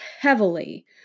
heavily